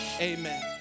amen